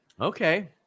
Okay